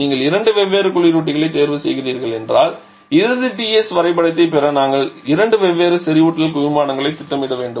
நீங்கள் இரண்டு வெவ்வேறு குளிரூட்டிகளைத் தேர்வுசெய்கிறீர்கள் என்றால் இறுதி Ts வரைபடத்தைப் பெற நாங்கள் இரண்டு வெவ்வேறு செறிவூட்டல் குவிமாடங்களைத் திட்டமிட வேண்டும்